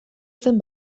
zen